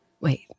Wait